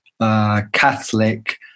Catholic